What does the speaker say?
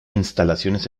instalaciones